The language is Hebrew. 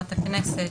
חברת הכנסת,